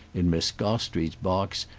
in miss gostrey's box,